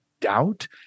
doubt